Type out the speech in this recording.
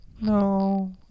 No